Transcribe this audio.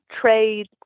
trade